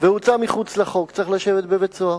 והוצא מחוץ לחוק צריך לשבת בבית-סוהר,